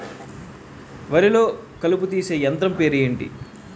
వరి లొ కలుపు తీసే యంత్రం పేరు ఎంటి?